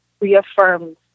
reaffirmed